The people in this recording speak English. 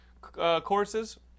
courses